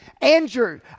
Andrew